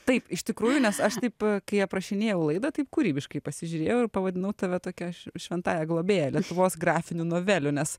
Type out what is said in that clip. taip iš tikrųjų nes aš taip kai aprašinėjau laidą taip kūrybiškai pasižiūrėjau ir pavadinau tave tokia š šventąja globėja lietuvos grafinių novelių nes